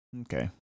okay